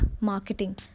marketing